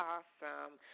Awesome